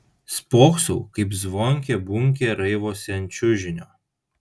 spoksau kaip zvonkė bunkė raivosi ant čiužinio